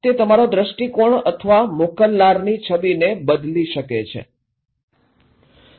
તે તમારો દ્રષ્ટિકોણ અથવા મોકલનારની છબીને બદલી શકે છે